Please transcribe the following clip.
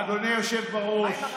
אדוני היושב בראש,